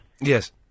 Yes